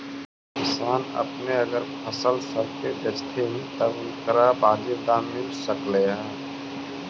किसान अपने अगर फसल सब के बेचतथीन तब उनकरा बाजीब दाम मिल सकलई हे